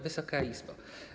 Wysoka Izbo!